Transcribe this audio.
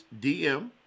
DM